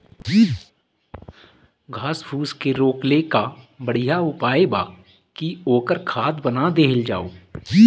घास फूस के रोकले कअ बढ़िया उपाय बा कि ओकर खाद बना देहल जाओ